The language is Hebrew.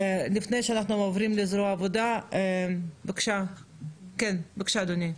לפני שאנחנו עוברים לזרוע העבודה, בבקשה, אדוני.